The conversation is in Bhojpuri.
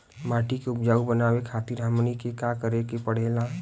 माटी के उपजाऊ बनावे खातिर हमनी के का करें के पढ़ेला?